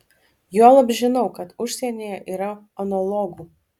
juolab žinau kad užsienyje yra analogų